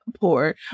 poor